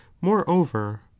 moreover